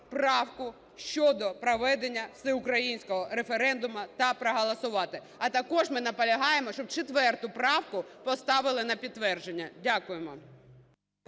правку щодо проведення всеукраїнського референдуму та проголосувати. А також ми наполягаємо, щоб 4 правку поставили на підтвердження. Дякуємо.